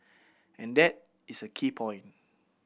and that is a key point